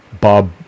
Bob